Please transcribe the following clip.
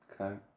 Okay